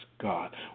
God